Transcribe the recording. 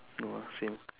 no ah same